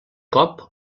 cop